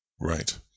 Right